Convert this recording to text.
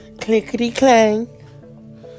Clickety-clang